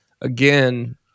Again